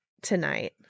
tonight